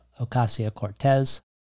Ocasio-Cortez